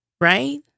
Right